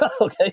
Okay